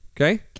Okay